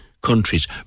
countries